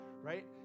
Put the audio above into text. right